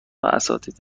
اساتید